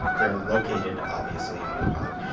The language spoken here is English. they're located, obviously, in wuhan.